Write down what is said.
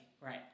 right